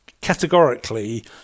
categorically